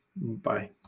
Bye